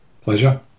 Pleasure